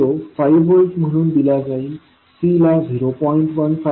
vo 5 volt म्हणून दिला जाईल C ला 0